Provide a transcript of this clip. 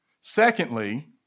Secondly